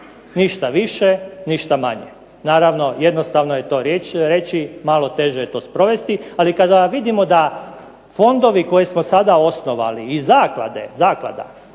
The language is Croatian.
Ništa više, ništa manje. Naravno, jednostavno je to reći, malo teže je to sprovesti, ali kada vidimo da fondovi koje smo sada osnovali i zaklade, zaklada,